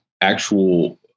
actual